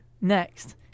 next